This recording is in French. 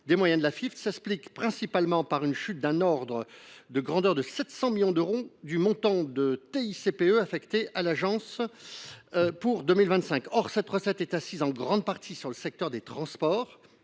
Cet affaiblissement s’explique principalement par une chute d’un ordre de grandeur de 700 millions d’euros du montant de TICPE affecté à l’agence pour 2025. Or cette recette est assise en grande partie sur le secteur des transports.